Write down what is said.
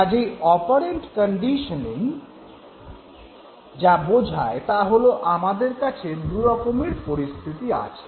কাজেই operant conditioning যা বোঝায় তা হল আমাদের কাছে দুরকমের পরিস্থিতি আছে